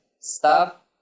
stop